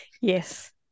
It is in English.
Yes